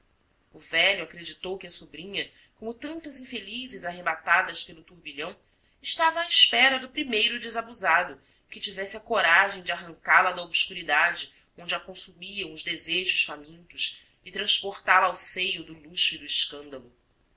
o velho acreditou que a sobrinha como tantas infelizes arrebatadas pelo turbilhão estava à espera do primeiro desabusado que tivesse a coragem de arrancá-la da obscuridade onde a consumiam os desejos famintos e transportá la ao seio do luxo e do escândalo